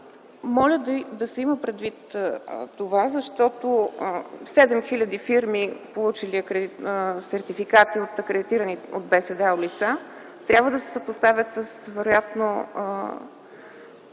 Моля да се има предвид това, защото 7000 фирми, получили сертификати от акредитирани от БСДАУ лица, трябва да се съпоставят вероятно